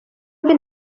mbi